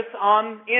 on